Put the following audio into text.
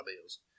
bills